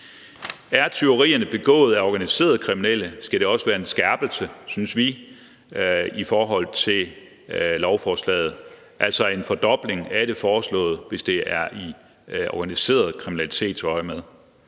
Er tyverierne begået af organiserede kriminelle, skal det også være en skærpelse, synes vi, i forhold til lovforslaget, altså en fordobling af det foreslåede, hvis det er i organiseret kriminalitetsøjemed,